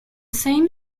same